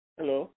Hello